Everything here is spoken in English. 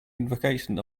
invocation